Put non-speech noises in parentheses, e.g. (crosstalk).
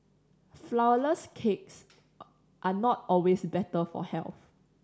flourless cakes (unintelligible) are not always better for health